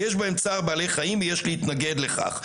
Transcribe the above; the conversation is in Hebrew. יש בהם צער בעלי חיים ויש להתנגד לכך.